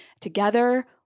Together